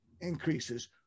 increases